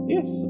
Yes